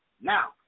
Now